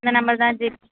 இந்த நம்பர் தான் ஜி